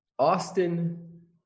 Austin